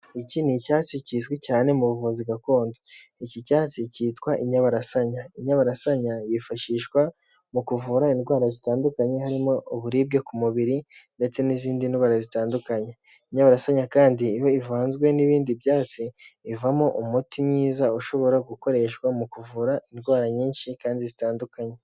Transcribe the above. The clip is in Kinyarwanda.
Iki ni icyatsi kizwi cyane mu buvuzi gakondo. Iki cyatsi cyitwa inyabarasanya. Inyabarasanya yifashishwa mu kuvura indwara zitandukanye, harimo uburibwe ku mubiri, ndetse n'izindi ndwara zitandukanye. Inyabarasanya kandi iyo ivanzwe n'ibindi byatsi, bivamo umuti mwiza ushobora gukoreshwa mu kuvura indwara nyinshi, kandi zitandukanye.